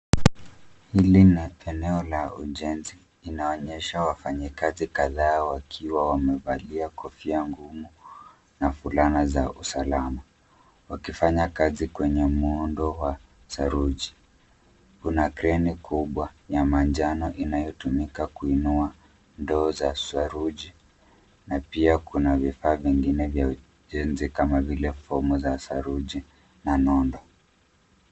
Eneo la ujenzi linaonyesha wafanyakazi kadhaa wakiwa wamevalia kofia na fulana za usalama wakifanya kazi kwenye muundo wa saruji. Kuna kreni kubwa ya manjano inayotumika kuinua ndoo za saruji na pia kuna vifaa vingine vya ujenzi kama vile fomu za saruji na nondo.